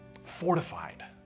fortified